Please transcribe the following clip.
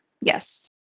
yes